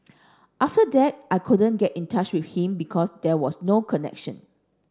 after that I couldn't get in touch with him because there was no connection